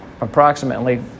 approximately